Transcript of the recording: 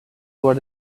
what